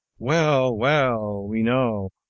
well, well, we know,